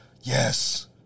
yes